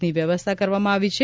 ની વ્યવસ્થા કરવામાં આવી છે